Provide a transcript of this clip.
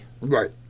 right